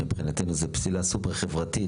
שמבחינתו זו פסילה סופר חברתית,